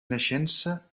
naixença